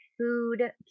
Food